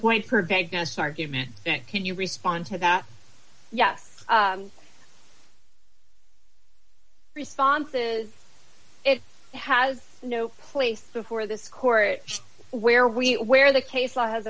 given can you respond to that yes responses it has no place before this court where we where the case law has